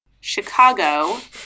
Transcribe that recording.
Chicago